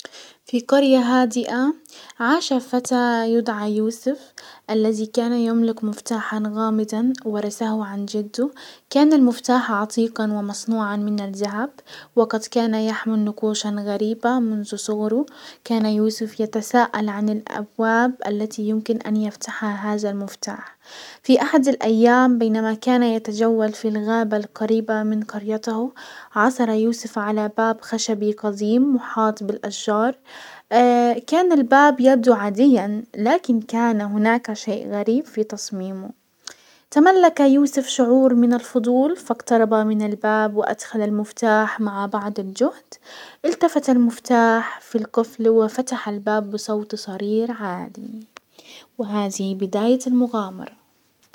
في قرية هادئة عاش فتاة يدعى يوسف الذي كان يملك مفتاحا غامضا ورثه عن جده. كان المفتاح عتيقا ومصنوعا من الذهب، وقد كان يحمل نقوشا غريبة منذ صغره. كان يوسف يتسائل عن الابواب التي يمكن ان يفتحها هذا المفتاح. في احد الايام بينما كان يتجول في الغابة القريبة من قريته عثر يوسف على باب خشبي قديم محاط بالاشجار، كان الباب يبدو عاديا، لكن كان هناك شيء غريب في تصميمه. تملك يوسف شعور من الفضول، فاقترب من الباب وادخل المفتاح مع بعض الجهد. التفت المفتاح في الكفل وفتح الباب بصوت صرير عادي، وهزه بداية المغامرة.